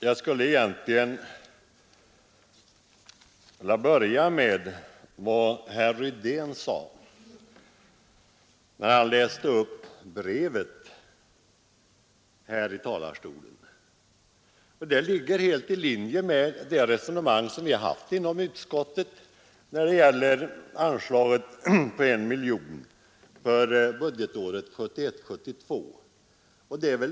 Det brev från en idrottsledare som herr Rydén läste upp från talarstolen ligger helt i linje med det resonemang vi har fört inom utskottet beträffande anslaget på 1 miljon kronor för budgetåret 1971/72.